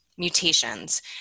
Mutations